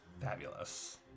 Fabulous